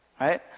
right